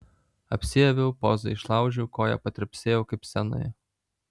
apsiaviau pozą išlaužiau koja patrepsėjau kaip scenoje